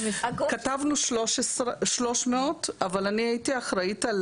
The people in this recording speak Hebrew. כתבנו 300 אבל אני הייתי אחראית על